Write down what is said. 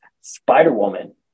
Spider-Woman